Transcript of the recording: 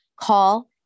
Call